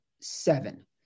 seven